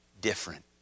different